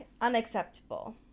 unacceptable